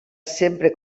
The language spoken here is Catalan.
sempre